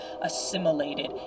assimilated